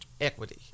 equity